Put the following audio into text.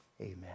amen